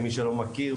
למי שלא מכיר,